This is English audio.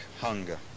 hunger